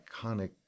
iconic